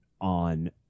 on